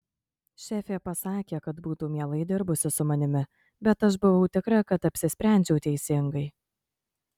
šefė pasakė kad būtų mielai dirbusi su manimi bet aš buvau tikra kad apsisprendžiau teisingai